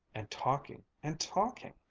and talking, and talking.